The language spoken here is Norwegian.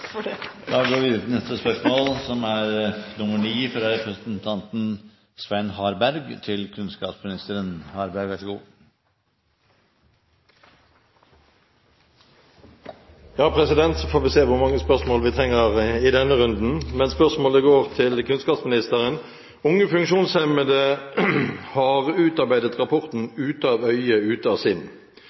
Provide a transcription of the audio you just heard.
Da går vi videre til spørsmål 9. Så får vi får se hvor mange spørsmål vi trenger i denne runden, men følgende spørsmål går til kunnskapsministeren: «Unge funksjonshemmede har utarbeidet rapporten «Ute av øye – ute av sinn?».